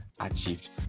achieved